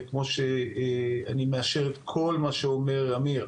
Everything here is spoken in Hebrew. כמו שאני מאשר את כל מה שאומר אמיר,